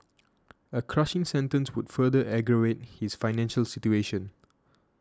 a crushing sentence would further aggravate his financial situation